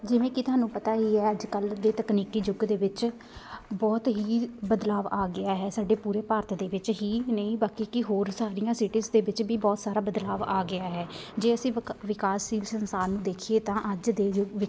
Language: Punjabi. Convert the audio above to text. ਜਿਵੇਂ ਕਿ ਤੁਹਾਨੂੰ ਪਤਾ ਹੀ ਹੈ ਅੱਜ ਕੱਲ੍ਹ ਦੇ ਤਕਨੀਕੀ ਯੁੱਗ ਦੇ ਵਿੱਚ ਬਹੁਤ ਹੀ ਬਦਲਾਅ ਆ ਗਿਆ ਹੈ ਸਾਡੇ ਪੂਰੇ ਭਾਰਤ ਦੇ ਵਿੱਚ ਹੀ ਨਹੀਂ ਬਾਕੀ ਕਿ ਹੋਰ ਸਾਰੀਆਂ ਸਿਟੀਜ਼ ਦੇ ਵਿੱਚ ਵੀ ਬਹੁਤ ਸਾਰਾ ਬਦਲਾਅ ਆ ਗਿਆ ਹੈ ਜੇ ਅਸੀਂ ਵਕਾ ਵਿਕਾਸਸ਼ੀਲ ਸੰਸਾਰ ਨੂੰ ਦੇਖੀਏ ਤਾਂ ਅੱਜ ਦੇ ਯੁੱਗ ਵਿੱ